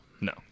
No